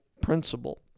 principle